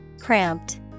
cramped